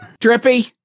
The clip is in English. Drippy